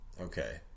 Okay